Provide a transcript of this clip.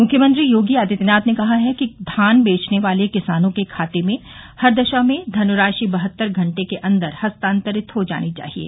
मुख्यमंत्री योगी आदित्यनाथ ने कहा है कि धान बेचने वाले किसानों के खाते में हर दशा में धनराशि बहत्तर घंटे के अन्दर हस्तांतरित हो जानी चाहिये